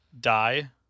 die